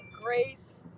grace